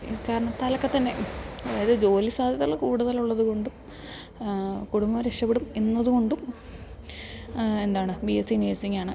ഈ കാരണത്താൽ ഒക്കെ തന്നെ അതായത് ജോലി സാധ്യതകൾ കൂടുതൽ ഉള്ളത് കൊണ്ടും കുടുംബ രക്ഷപ്പെടും എന്നത് കൊണ്ടും എന്താണ് ബി എസ് സി നേഴ്സിംഗാണ്